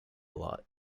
lot